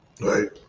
right